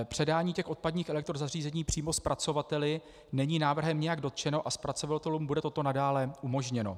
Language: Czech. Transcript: Předání odpadních elektrozařízení přímo zpracovateli není návrhem nijak dotčeno a zpracovatelům bude toto nadále umožněno.